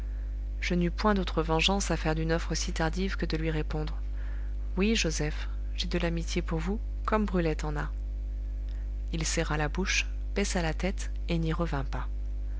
je n'eus point d'autre vengeance à faire d'une offre si tardive que de lui répondre oui joseph j'ai de l'amitié pour vous comme brulette en a il serra la bouche baissa la tête et n'y revint pas